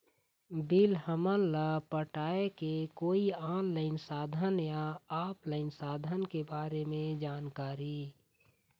Bill हमन ला पटाए के कोई ऑनलाइन साधन या ऑफलाइन साधन के बारे मे जानकारी?